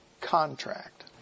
contract